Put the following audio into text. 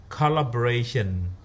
collaboration